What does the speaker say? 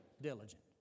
diligent